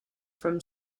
from